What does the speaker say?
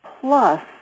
plus